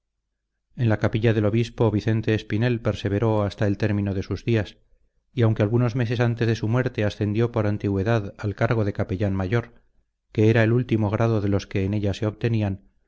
en la capilla del obispo vicente espinel perseveró hasta el término de sus días y aunque algunos meses antes de su muerte ascendió por antigüedad al cargo de capellán mayor que era el último grado de los que en ella se obtenían